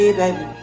baby